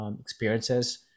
experiences